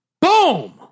Boom